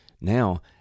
now